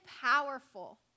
powerful